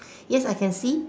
yes I can see